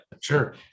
sure